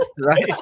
Right